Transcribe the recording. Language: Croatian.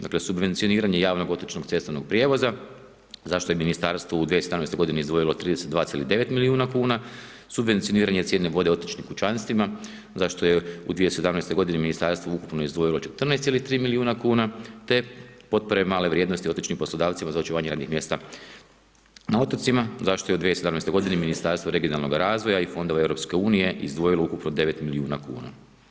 Dakle, subvencioniranje javnog otočnog cestovnog prijevoza za što je ministarstvo u 2017. godini izdvojilo 32,9 milijuna kuna, subvencioniranje cijene vode u otočnim kućanstvima za što je u 2017. godini ministarstvo ukupno izdvojilo 14,3 milijuna te potpore male vrijednosti otočnim poslodavcima za očuvanje radnih mjesta na otocima za što je u 2017. godini Ministarstvo regionalnog razvoja i fondova EU izdvojilo ukupno 9 milijuna kuna.